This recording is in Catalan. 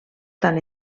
tant